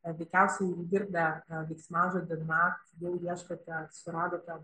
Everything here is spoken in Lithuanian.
veikiausiai nugirdę veiksmažodį nakt jau ieškote suradote